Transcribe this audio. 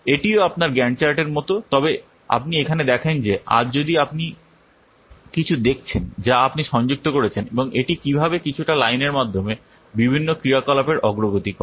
এটিও আপনার গ্যান্ট চার্টের মতো তবে আপনি এখানে দেখেন যে আজ যদি আপনি কিছু দেখছেন যা আপনি সংযুক্ত করছেন এবং এটি কীভাবে কিছুটা লাইনের মাধ্যমে বিভিন্ন ক্রিয়াকলাপের অগ্রগতি করে